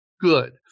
good